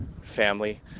family